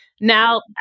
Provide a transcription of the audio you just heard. Now